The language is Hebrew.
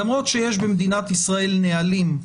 שיש במדינת ישראל נהלים,